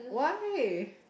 why